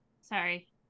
Sorry